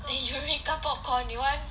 eh Eureka Popcorn you want